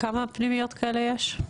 כמה פנימיות כאלו יש?